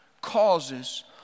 causes